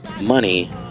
Money